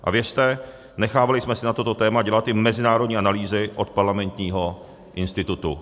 A věřte, nechávali jsme si na toto téma dělat i mezinárodní analýzy od Parlamentního institutu.